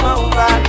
over